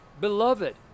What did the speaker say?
Beloved